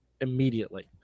immediately